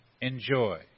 enjoy